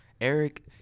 Eric